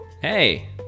hey